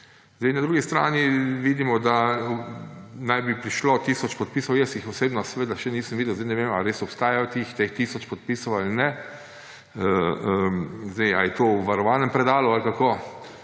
Na drugi strani vidimo, da naj bi prišlo tisoč podpisov. Jaz jih osebno seveda še nisem videl. Zdaj ne vem, ali res obstaja teh tisoč podpisov ali ne. Ali je to v varovanem predalu ali kako,